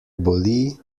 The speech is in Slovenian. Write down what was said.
boli